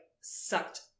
sucked